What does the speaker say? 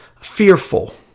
fearful